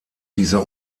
dieser